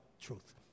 truth